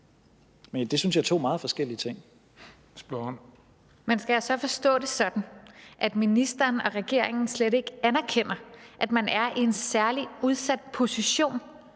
Spørgeren. Kl. 20:07 Rosa Lund (EL): Men skal jeg så forstå det sådan, at ministeren og regeringen slet ikke anerkender, at man er i en særlig udsat position